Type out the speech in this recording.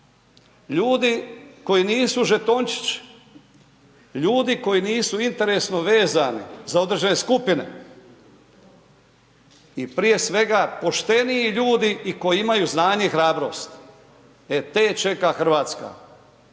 ljudi koji nisu žetončići, ljudi koji nisu interesno vezani za određene skupine i prije svega pošteniji ljudi i koji imaju znanje i hrabrost, e te čeka RH.